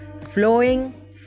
flowing